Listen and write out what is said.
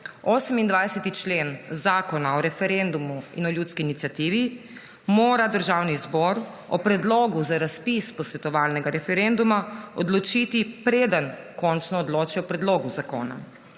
28. člen Zakona o referendumu in ljudski iniciativi mora Državni zbor o predlogu za razpis posvetovalnega referenduma odločiti, preden končno odloči o predlogu zakona.